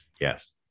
Yes